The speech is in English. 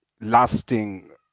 lasting